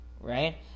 right